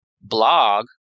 blog